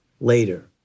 later